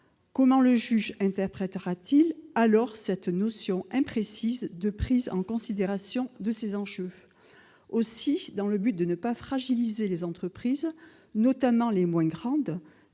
Comment le juge interprétera-t-il la notion imprécise de prise en considération de ces enjeux ? Aussi, dans le but de ne pas fragiliser les entreprises, notamment les moins grandes,